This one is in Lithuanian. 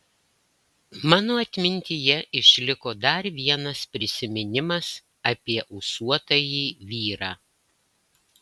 mano atmintyje išliko dar vienas prisiminimas apie ūsuotąjį vyrą